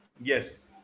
Yes